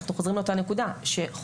אנחנו חוזרים לאותה נקודה שחובשים